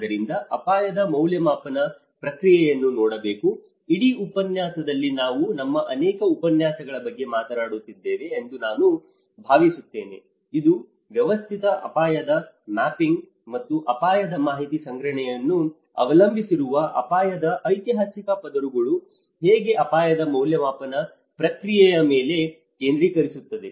ಆದ್ದರಿಂದ ಅಪಾಯದ ಮೌಲ್ಯಮಾಪನ ಪ್ರಕ್ರಿಯೆಯನ್ನು ನೋಡಬೇಕು ಇಡೀ ಉಪನ್ಯಾಸದಲ್ಲಿ ನಾವು ನಮ್ಮ ಅನೇಕ ಉಪನ್ಯಾಸಗಳ ಬಗ್ಗೆ ಮಾತನಾಡುತ್ತಿದ್ದೇವೆ ಎಂದು ನಾನು ಭಾವಿಸುತ್ತೇನೆ ಇದು ವ್ಯವಸ್ಥಿತ ಅಪಾಯದ ಮ್ಯಾಪಿಂಗ್ ಮತ್ತು ಅಪಾಯದ ಮಾಹಿತಿ ಸಂಗ್ರಹಣೆಯನ್ನು ಅವಲಂಬಿಸಿರುವ ಅಪಾಯದ ಐತಿಹಾಸಿಕ ಪದರಗಳು ಹೇಗೆ ಅಪಾಯದ ಮೌಲ್ಯಮಾಪನ ಪ್ರಕ್ರಿಯೆಯ ಮೇಲೆ ಕೇಂದ್ರೀಕರಿಸುತ್ತದೆ